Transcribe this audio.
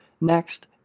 Next